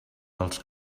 dels